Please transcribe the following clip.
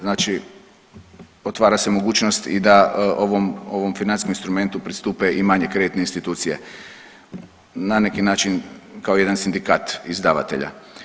Znači, otvara se mogućnost da ovom financijskom instrumentu pristupe i manje kreditne institucije na neki način kao jedan sindikat izdavatelja.